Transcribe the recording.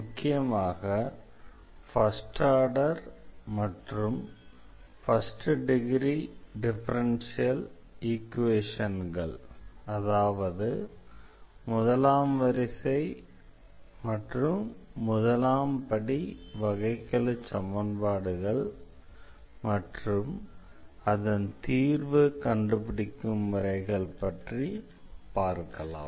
முக்கியமாக first order மற்றும் first degree differential ஈக்வேஷன்கள் மற்றும் அதன் தீர்வு கண்டுபிடிக்கும் முறைகள் பற்றி பார்க்கலாம்